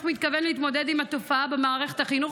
מתכוון להתמודד עם התופעה במערכת החינוך,